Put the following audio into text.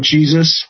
Jesus